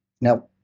Now